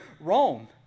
Rome